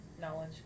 knowledge